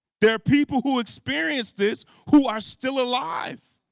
there are people who experienced this who are still alive.